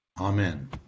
amen